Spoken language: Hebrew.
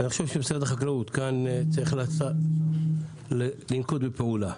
משרד החקלאות צריך לנקוט פעולה.